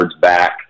back